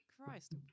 Christ